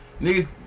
Niggas